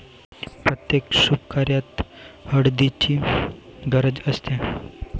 प्रत्येक शुभकार्यात हळदीची गरज असते